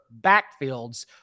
backfields